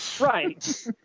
Right